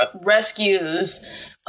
rescues